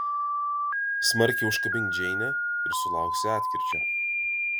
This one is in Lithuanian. smarkiai užkabink džeinę ir sulauksi atkirčio